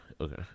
okay